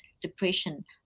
depression